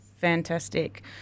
Fantastic